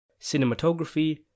Cinematography